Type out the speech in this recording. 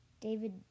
David